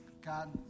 God